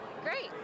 Great